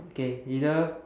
okay either